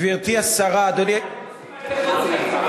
גברתי השרה, אדוני, אתם עושים מה שאתם רוצים.